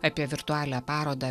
apie virtualią parodą